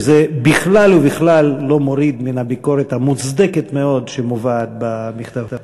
וזה כלל וכלל לא מוריד מן הביקורת המוצדקת מאוד שמובעת במכתב.